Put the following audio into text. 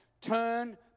turn